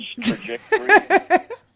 trajectory